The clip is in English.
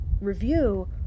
review